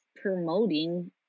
promoting